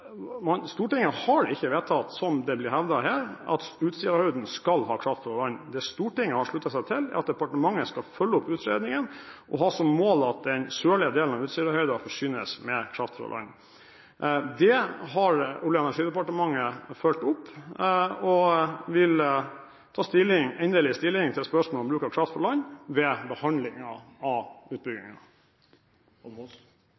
har sluttet seg til, er at departementet skal følge opp utredningen og ha som mål at den sørlige delen av Utsirahøyden forsynes med kraft fra land. Det har Olje- og energidepartementet fulgt opp, og vil ta endelig stilling til spørsmålet om bruk av kraft fra land ved behandlingen av